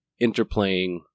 interplaying